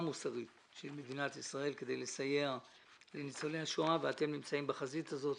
של מדינת ישראל כדי לסייע לניצולי השואה ואתם נמצאים בחזית הזאת.